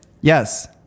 Yes